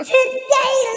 Today